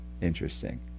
interesting